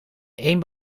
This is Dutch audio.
eén